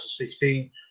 2016